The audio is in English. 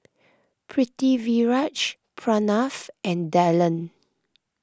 Pritiviraj Pranav and Dhyan